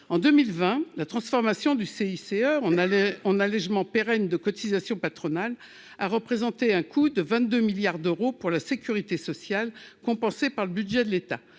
en 2020 la transformation du CICE on a le on allégement pérenne de cotisations patronales a représenté un coût de 22 milliards d'euros pour la sécurité sociale, compensé par le budget de l'État,